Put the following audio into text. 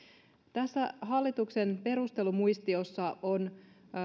tässä hallituksen perustelumuistiossa on